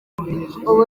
ubu